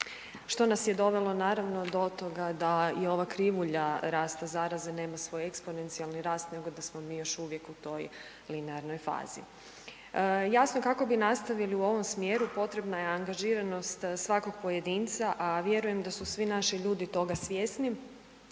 što nas je dovelo naravno do toga da i ova krivulja rasta zaraze nema svoj eksponencijalni rast nego da smo mi još uvijek u toj linearnoj fazi. Jasno kako bi nastavili u ovom smjeru potrebna je angažiranost svakog pojedinca, a vjerujem da su svi naši ljudi toga svjesni